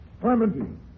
Clementine